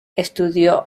estudió